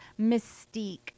mystique